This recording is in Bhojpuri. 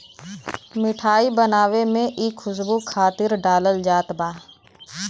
मिठाई बनावे में इ खुशबू खातिर डालल जात बा